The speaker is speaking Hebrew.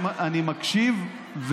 אני מקשיב,